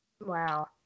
wow